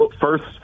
first